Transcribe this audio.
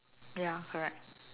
ya correct